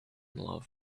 love